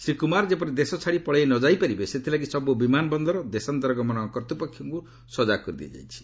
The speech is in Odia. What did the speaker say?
ଶ୍ରୀ କୁମାର ଯେପରି ଦେଶ ଛାଡ଼ି ପଳେଇ ନଯାଇ ପାରିବେ ସେଥିଲାଗି ସବୁ ବିମାନ ବନ୍ଦର ଦେଶାନ୍ତର ଗମନ କର୍ତ୍ତ୍ୱପକ୍ଷଗୁଡ଼ିଙ୍କୁ ସଜାଗ କରିଦିଆଯାଇଛି